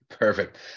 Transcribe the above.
Perfect